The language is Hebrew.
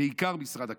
בעיקר משרד הכלכלה,